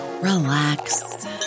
relax